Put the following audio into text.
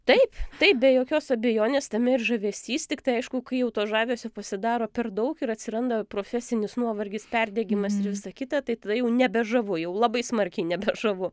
taip taip be jokios abejonės tame ir žavesys tiktai aišku kai jau to žavesio pasidaro per daug ir atsiranda profesinis nuovargis perdegimas ir visa kita tai tada jau nebe žavu jau labai smarkiai nebe žavu